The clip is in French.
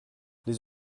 les